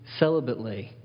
celibately